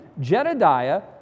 Jedediah